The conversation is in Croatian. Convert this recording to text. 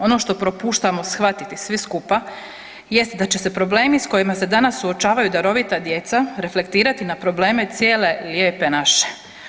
Ono što propuštamo shvatiti svi skupa jest da će se problemi s kojima se danas suočavaju darovita djeca reflektirati na probleme cijele lijepe naše.